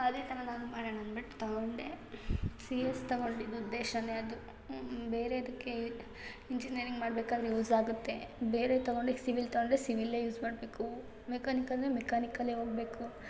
ಅದೇ ಥರ ನಾನು ಮಾಡೋಣ ಅನ್ಬಿಟ್ಟು ತಗೊಂಡೆ ಸಿ ಎಸ್ ತಗೊಂಡಿದ್ದ ಉದ್ದೇಶವೇ ಅದು ಬೇರೆಯದಕ್ಕೆ ಇಂಜಿನಿಯರಿಂಗ್ ಮಾಡ್ಬೇಕಾದ್ರೆ ಯೂಸ್ ಆಗುತ್ತೆ ಬೇರೆ ತಗೊಂಡು ಈಗ ಸಿವಿಲ್ ತಗೊಂಡರೆ ಸಿವಿಲ್ಲೇ ಯೂಸ್ ಮಾಡಬೇಕು ಮೆಕಾನಿಕ್ ಅಂದರೆ ಮೆಕಾನಿಕಲೇ ಹೋಗ್ಬೇಕು